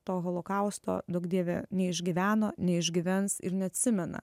to holokausto duok dieve neišgyveno neišgyvens ir neatsimena